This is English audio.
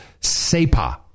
SEPA